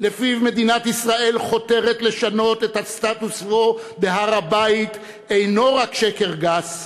שלפיו מדינת ישראל חותרת לשנות את הסטטוס-קוו בהר-הבית אינו רק שקר גס,